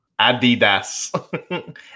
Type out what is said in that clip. Adidas